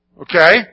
Okay